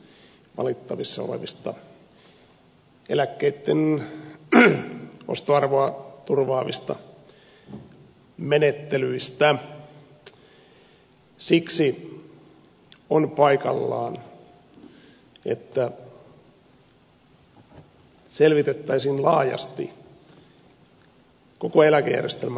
siksi on paikallaan että selvitettäisiin laajasti koko eläkejärjestelmän kannalta nämä oikeudenmukaisuuskysymykset